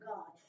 God